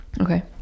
Okay